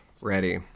ready